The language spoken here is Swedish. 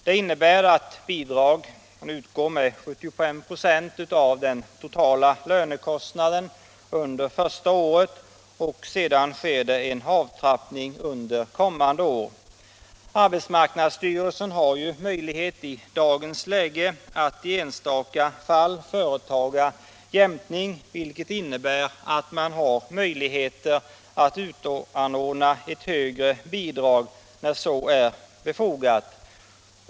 Det innebär att bidrag utgår med 75 96 av den totala lönekostnaden under första året, och sedan sker det en avtrappning under kommande år. AMS har i dagens läge möjlighet att i enstaka fall företa jämkning, vilket innebär att man kan utanordna ett högre bidrag när så är befogat.